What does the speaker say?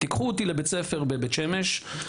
תיקחו אותי לבית-ספר בבית שמש,